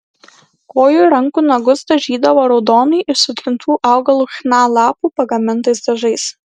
kojų ir rankų nagus dažydavo raudonai iš sutrintų augalo chna lapų pagamintais dažais